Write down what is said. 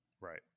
right